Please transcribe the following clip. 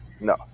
No